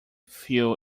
fuel